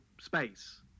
space